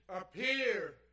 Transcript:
appear